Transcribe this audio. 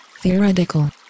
Theoretical